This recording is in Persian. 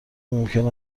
ممکن